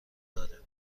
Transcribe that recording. داره